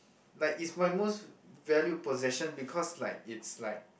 like it's my most valued possession because like it's like